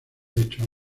hecho